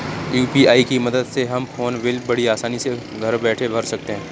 UPI की मदद से हम फ़ोन बिल बड़ी आसानी से घर बैठे भर सकते हैं